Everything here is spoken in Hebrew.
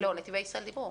נתיבי ישראל דיברו.